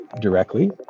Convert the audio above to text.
directly